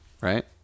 right